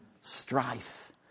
strife